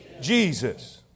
Jesus